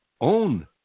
own